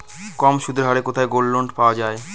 কম সুদের হারে কোথায় গোল্ডলোন পাওয়া য়ায়?